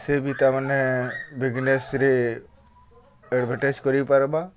ସେ ବି ତା'ର୍ମାନେ ବିଜ୍ନେସ୍ରେ ଆଡ଼ର୍ଭଟାଇଜ୍ କରିପାର୍ବା